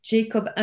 Jacob